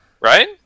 Right